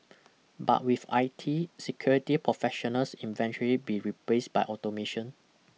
but with I T security professionals eventually be replaced by automation